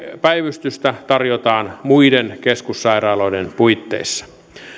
päivystystä tarjotaan muiden keskussairaaloiden puitteissa